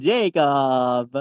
Jacob